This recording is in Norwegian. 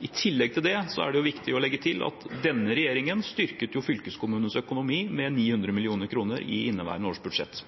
Det er viktig å legge til at denne regjeringen styrket fylkeskommunenes økonomi med 900 mill. kr i inneværende års budsjett.